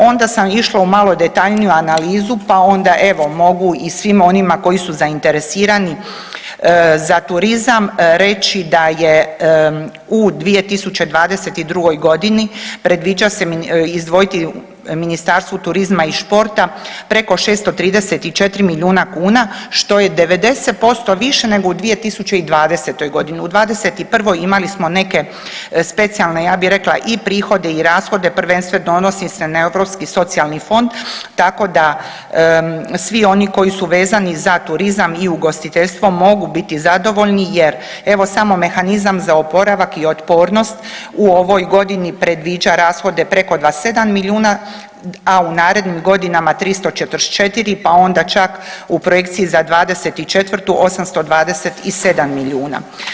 Onda sam išla u malo detaljniju analizu, pa onda evo mogu i svima onima koji su zainteresirani za turizam reći da je u 2022.g. predviđa se izdvojiti Ministarstvu turizma i športa preko 634 milijuna kuna, što je 90% više nego u 2020.g., u '21. imali smo neke specijalne, ja bi rekla i prihode i rashode, prvenstveno odnosi se na Europski socijalni fond, tako da svi oni koji su vezani za turizam i ugostiteljstvo mogu biti zadovoljni jer evo samo Mehanizam za oporavak i otpornost u ovoj godini predviđa rashode preko 27 milijuna, a u narednim godinama 344, pa onda čak u projekciji za '24. 827 milijuna.